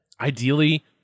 Ideally